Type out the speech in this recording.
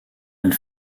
elle